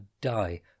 die